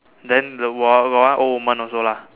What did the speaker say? then the got one old woman also lah